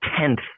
tenth